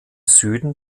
süden